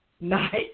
Nice